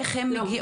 איך הן מגיעות.